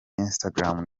instagram